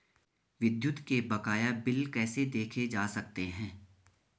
विद्युत के बकाया बिल कैसे देखे जा सकते हैं?